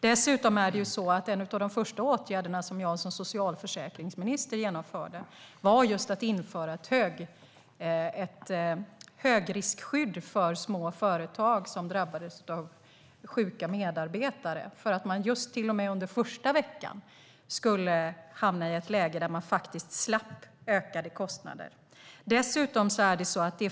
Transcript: Dessutom var en av de första åtgärder som jag som socialförsäkringsministern vidtog just att införa ett högriskskydd för små företag som drabbades av sjuka medarbetare. Under den första sjukveckan skulle man slippa ökade kostnader.